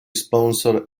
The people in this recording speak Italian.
sponsor